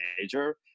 major